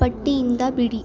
ಪಟ್ಟಿಯಿಂದ ಬಿಡಿ